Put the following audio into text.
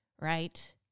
right